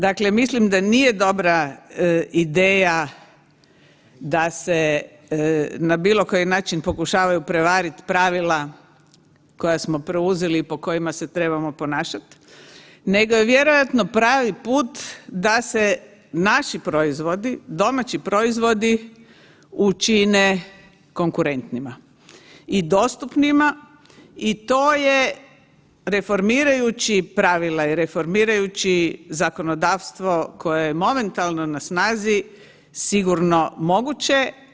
Dakle, mislim da nije dobra ideja da se na bilo koji način pokušavaju prevarit pravila koja smo preuzeli i po kojima se trebamo ponašat, nego je vjerojatno pravi put da se naši proizvodi, domaći proizvodi učine konkurentnima i dostupnima i to je reformirajući pravila i reformirajući zakonodavstvo koje momentalno na snazi sigurno moguće.